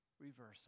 reversal